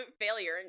failure